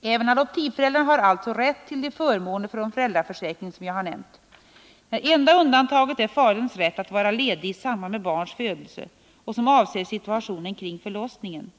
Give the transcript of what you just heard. Även adoptivföräldrarna har alltså rätt till de förmåner från föräldraförsäkringen som jag har nämnt. Det enda undantaget är faderns rätt att vara ledig i samband med barns födelse och som avser situationen kring förlossningen.